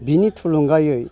बिनि थुलुंगायै